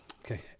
Okay